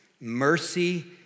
mercy